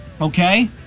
Okay